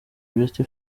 beauty